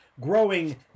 growing